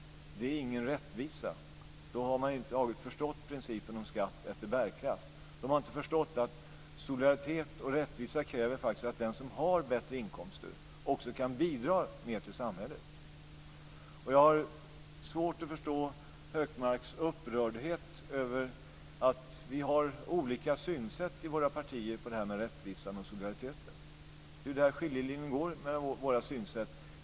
Det är ingen rättvisa. Då har man över huvud taget inte förstått principen om skatt efter bärkraft. Då har man inte förstått att solidaritet och rättvisa faktiskt kräver att den som har bättre inkomster också kan bidra mer till samhället. Jag har svårt att förstå Hökmarks upprördhet över att vi har olika synsätt i våra partier på det här med rättvisan och solidariteten. Det är ju där skiljelinjen går mellan våra synsätt.